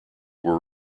were